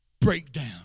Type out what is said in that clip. Breakdown